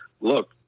look